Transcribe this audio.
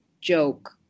joke